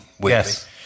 Yes